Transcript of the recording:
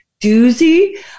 doozy